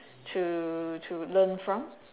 to to learn from